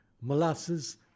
molasses